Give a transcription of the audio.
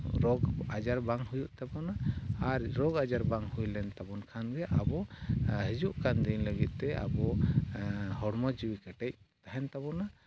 ᱨᱳᱜᱽ ᱟᱡᱟᱨ ᱵᱟᱝ ᱦᱩᱭᱩᱜ ᱛᱟᱵᱚᱱᱟ ᱟᱨ ᱨᱳᱜᱽ ᱟᱡᱟᱨ ᱵᱟᱝ ᱦᱩᱭ ᱞᱮᱱ ᱛᱟᱵᱚᱱ ᱠᱷᱟᱱᱜᱮ ᱟᱵᱚ ᱦᱤᱡᱩᱜ ᱠᱟᱱ ᱫᱤᱱ ᱞᱟᱹᱜᱤᱫᱼᱛᱮ ᱟᱵᱚ ᱦᱚᱲᱢᱚ ᱡᱤᱱᱤ ᱠᱮᱴᱮᱡᱽ ᱛᱟᱦᱮᱸᱱ ᱛᱟᱵᱚᱱᱟ